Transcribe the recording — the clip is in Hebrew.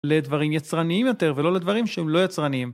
לדברים יצרניים יותר ולא לדברים שהם לא יצרניים